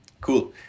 Cool